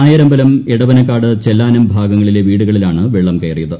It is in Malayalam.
നായരമ്പലം എടവനക്കാട് ചെല്ലാനം ഭാഗങ്ങളിലെ വീടുകളിലാണ് വെള്ളം കയറിയത്